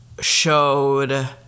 showed